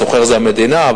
המשכיר זה המדינה.